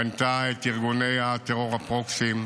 בנתה את ארגוני הטרור, הפרוקסי,